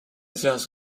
seas